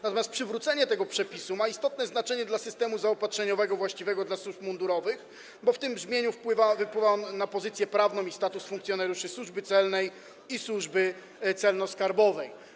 Natomiast przywrócenie tego przepisu ma istotne znaczenie dla systemu zaopatrzeniowego właściwego dla służb mundurowych, bo w tym brzmieniu wpływa on na pozycję prawną i status funkcjonariuszy Służby Celnej i Służby Celno-Skarbowej.